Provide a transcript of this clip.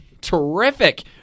terrific